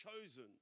chosen